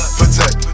Protect